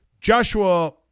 Joshua